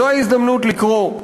זו ההזדמנות לקרוא,